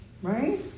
Right